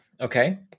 okay